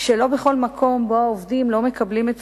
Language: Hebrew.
שלא בכל מקום שבו העובדים לא מקבלים את